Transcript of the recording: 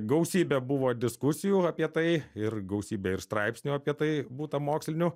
gausiai bebuvo diskusijų apie tai ir gausybė ir straipsnių apie tai būta mokslinių